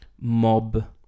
mob